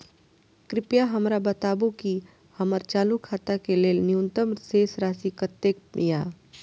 कृपया हमरा बताबू कि हमर चालू खाता के लेल न्यूनतम शेष राशि कतेक या